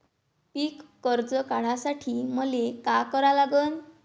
पिक कर्ज काढासाठी मले का करा लागन?